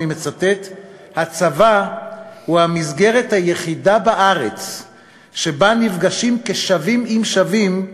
"הצבא הוא המסגרת היחידה בארץ שבה נפגשים כשווים עם שווים,